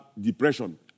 depression